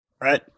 right